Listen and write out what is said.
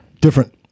Different